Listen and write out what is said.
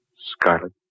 Scarlet